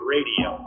Radio